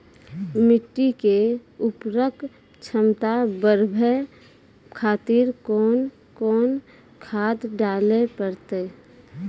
मिट्टी के उर्वरक छमता बढबय खातिर कोंन कोंन खाद डाले परतै?